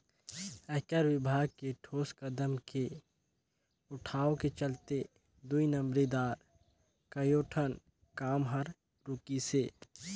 आयकर विभाग के ठोस कदम के उठाव के चलते दुई नंबरी दार कयोठन काम हर रूकिसे